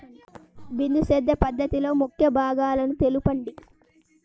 బిందు సేద్య పద్ధతిలో ముఖ్య భాగాలను తెలుపండి?